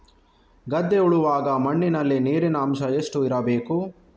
ಗದ್ದೆ ಉಳುವಾಗ ಮಣ್ಣಿನಲ್ಲಿ ನೀರಿನ ಅಂಶ ಎಷ್ಟು ಇರಬೇಕು?